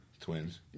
Twins